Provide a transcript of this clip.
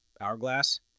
Hourglass